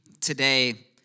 today